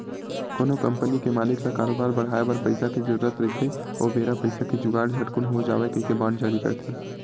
कोनो कंपनी के मालिक ल करोबार बड़हाय बर पइसा के जरुरत रहिथे ओ बेरा पइसा के जुगाड़ झटकून हो जावय कहिके बांड जारी करथे